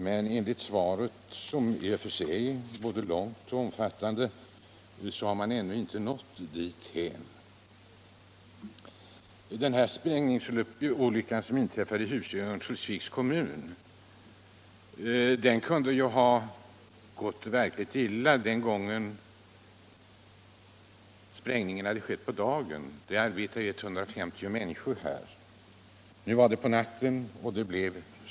Men enligt svaret, som i och för sig är både långt och omfattande, har man ännu inte nått dithän. Om sprängningsolyckan, som inträffade i Husum i Örnsköldsviks kommun, hade skett på dagen kunde det ha gått verkligt illa. Då arbetar 150 människor på platsen. Nu inträffade den på natten, och det uppstod.